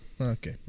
Okay